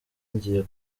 ngiye